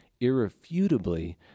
irrefutably